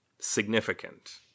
significant